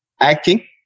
acting